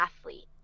athlete